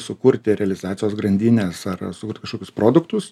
sukurti realizacijos grandines ar sukurt kažkokius produktus